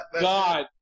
God